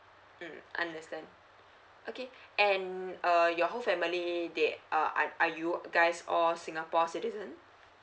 um understand okay and uh your whole family they uh are you guys all singapore citizen